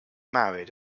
married